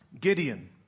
Gideon